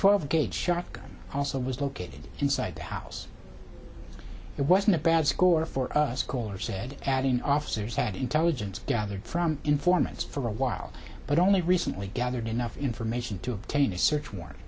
twelve gauge shotgun also was located inside the house it wasn't a bad score for us caller said adding officers had intelligence gathered from informants for a while but only recently gathered enough information to obtain a search warrant